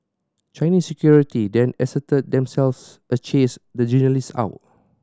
Chinese security then asserted themselves the chase the journalists out